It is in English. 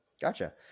Gotcha